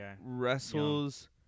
wrestles –